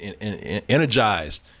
energized